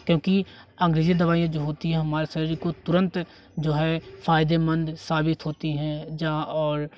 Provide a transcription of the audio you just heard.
क्योंकि अंग्रेजी दवाइयाँ जो होती हैं हमारे शरीर को तुरंत जो है फायदेमंद साबित होती हैं जहाँ और